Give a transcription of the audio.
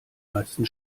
meisten